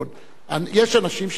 יש אנשים שמנצלים,